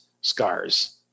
scars